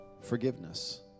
forgiveness